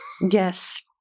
Yes